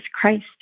Christ